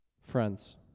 Friends